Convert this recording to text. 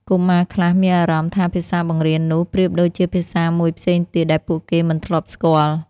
កុមារខ្លះមានអារម្មណ៍ថាភាសាបង្រៀននោះប្រៀបដូចជាភាសាមួយផ្សេងទៀតដែលពួកគេមិនធ្លាប់ស្គាល់។